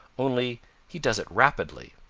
only he does it rapidly.